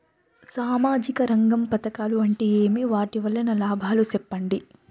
సామాజిక రంగం పథకాలు అంటే ఏమి? వాటి వలన లాభాలు సెప్పండి?